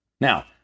Now